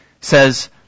says